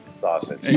sausage